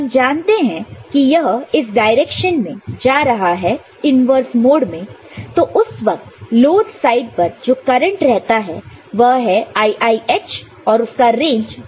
हम जानते हैं कि यह इस डायरेक्शन में जा रहा है इन्वर्स मोड में तो उस वक्त लोड साइड पर जो करंट रहता है वह है IIH और उसका रेंज 40 माइक्रोएम्पीयर है